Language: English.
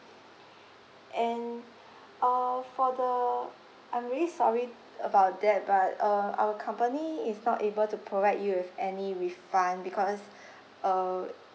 and uh for the I'm really sorry about that but uh our company is not able to provide you with any refund because uh